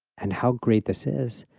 and how great this is,